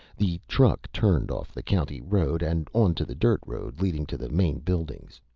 the truck turned off the county road and onto the dirt road leading to the main buildings.